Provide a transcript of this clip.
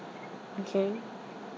okay